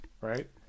right